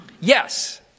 Yes